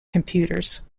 computers